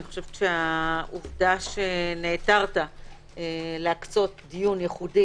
אני חושבת שהעובדה שנעתרת להקצות דיון ייחודי